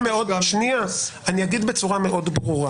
מאוד: